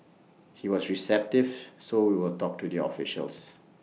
he was receptive so we will talk to the officials